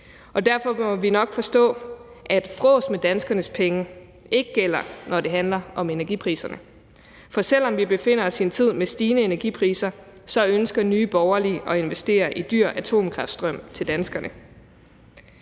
og derfor må vi nok forstå, at frås med danskernes penge ikke gælder, når det handler om energipriserne. For selv om vi befinder os i en tid med stigende energipriser, ønsker Nye Borgerlige at investere i dyr atomkraftstrøm til danskerne.